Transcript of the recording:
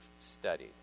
studied